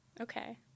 Okay